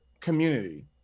community